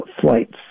flights